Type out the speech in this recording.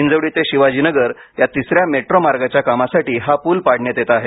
हिंजवडी ते शिवाजीनगर या तिसऱ्या मेट्रो मार्गच्या कामासाठी हा पूल पाडण्यात येत आहे